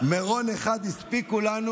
מירון אחד הספיקו לנו.